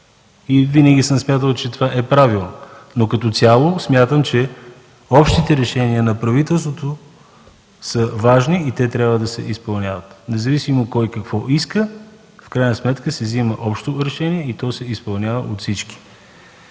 и винаги съм смятал, че това е правилно. Но като цяло смятам, че общите решения на правителството са важни и трябва да се изпълняват. Независимо кой какво иска, в крайна сметка се взима общо решение и се изпълнява от всички.